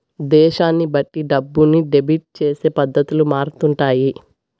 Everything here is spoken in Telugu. దేశాన్ని బట్టి డబ్బుని డెబిట్ చేసే పద్ధతులు మారుతుంటాయి